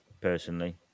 personally